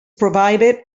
provided